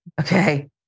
okay